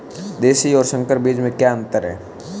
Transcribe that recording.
देशी और संकर बीज में क्या अंतर है?